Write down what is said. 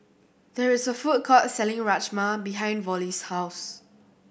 there is a food court selling Rajma behind Vollie's house